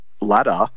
ladder